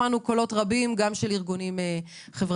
שמענו קולות רבים, גם של ארגונים חברתיים.